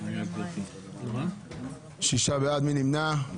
מי נמנע?